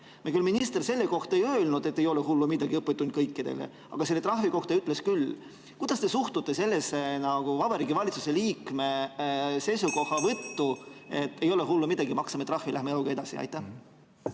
riigile. Minister selle kohta küll ei öelnud, et ei ole hullu midagi, õppetund kõikidele, aga selle trahvi kohta ütles. Kuidas te suhtute sellesse Vabariigi Valitsuse liikme seisukohavõttu, et ei ole hullu midagi, maksame trahvi ära, läheme eluga edasi? Aitäh!